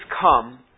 come